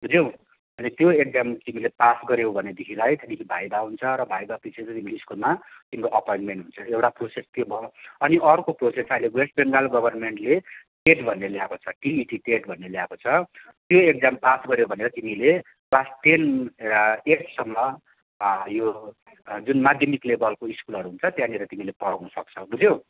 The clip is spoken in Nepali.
बुझ्यौ अनि त्यो इक्जाम तिमीले पास गऱ्यौ भनेदेखिलाई त्यहाँदेखि भाइभा हुन्छ भाइभा पछि चाहिँ तिमीले स्कुलमा तिम्रो अपोइन्टमेन्ट हुन्छ एउटा प्रोसेस त्यो भयो अनि अर्को प्रोसेस अहिले वेस्ट बेङ्गाल गभर्मेन्टले टेट भन्ने ल्याएको छ टिइटी भन्ने ल्याएको छ त्यो इक्जाम पास गऱ्यो भने तिमीले क्लास टेन एटसम्म यो जुन माध्यमिक लेबलको स्कुलहरू हुन्छ त्यहाँनिर तिमीले पढाउनु सक्छौ बुझ्यौ